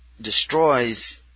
destroys